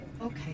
Okay